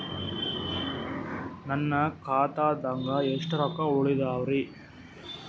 ನನ್ನ ಖಾತಾದಾಗ ಎಷ್ಟ ರೊಕ್ಕ ಉಳದಾವರಿ?